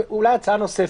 אולי הצעה נוספת.